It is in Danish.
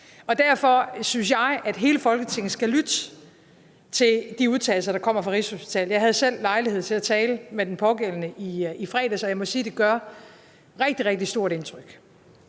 Derfor synes jeg, at hele Folketinget skal lytte til de udtalelser, der kommer fra Rigshospitalet. Jeg havde selv lejlighed til at tale med den pågældende i fredags, og jeg må sige, at det gør et rigtig, rigtig stort indtryk.